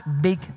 big